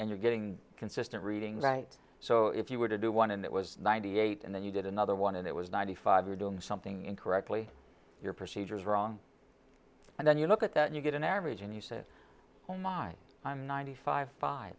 and you're getting consistent readings right so if you were to do one and it was ninety eight and then you did another one and it was ninety five you're doing something incorrectly your procedure is wrong and then you look at that and you get an average and you said oh my i'm ninety five five